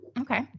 okay